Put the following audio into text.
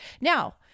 Now